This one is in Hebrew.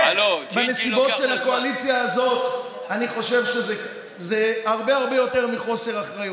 בנסיבות של הקואליציה הזאת אני חושב שזה הרבה הרבה יותר מחוסר אחריות.